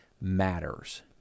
matters